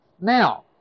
Now